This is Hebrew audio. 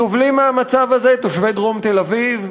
סובלים מהמצב הזה תושבי דרום תל-אביב,